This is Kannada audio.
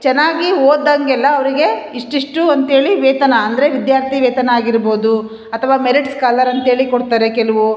ಚೆನ್ನಾಗಿ ಓದ್ದಂಗೆ ಎಲ್ಲ ಅವ್ರಿಗೆ ಇಷ್ಟು ಇಷ್ಟು ಅಂತೇಳಿ ವೇತನ ಅಂದರೆ ವಿದ್ಯಾರ್ಥಿ ವೇತನ ಆಗಿರ್ಬೋದು ಅಥವ ಮೆರಿಟ್ಸ್ ಸ್ಕಾಲರ್ ಅಂತೇಳಿ ಕೊಡ್ತಾರೆ ಕೆಲವು